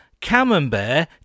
camembert